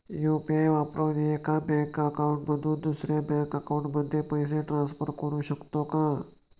UPI वापरून एका bank account मधून दुसऱ्या बँक अकाउंटमध्ये पैसे ट्रान्सफर करू शकतो का?